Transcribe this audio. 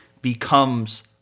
becomes